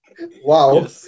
wow